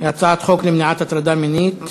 הצעת חוק למניעת הטרדה מינית (תיקון).